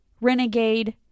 Renegade